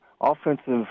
offensive